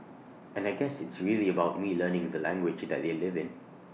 and I guess it's really about me learning the language that they live in